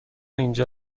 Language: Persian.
اینجا